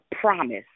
promise